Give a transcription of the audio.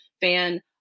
fan